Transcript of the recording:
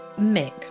mick